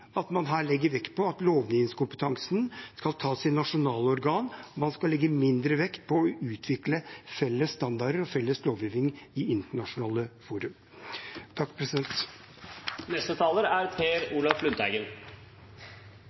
man her legger vekt på at lovgivningskompetansen skal tas i nasjonale organer, og at man skal legge mindre vekt på å utvikle felles standarder og felles lovgivning i internasjonale forumer. Det er mange sider ved dette forslaget, det er